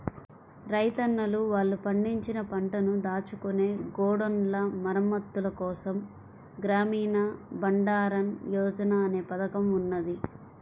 రైతన్నలు వాళ్ళు పండించిన పంటను దాచుకునే గోడౌన్ల మరమ్మత్తుల కోసం గ్రామీణ బండారన్ యోజన అనే పథకం ఉన్నది